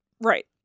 Right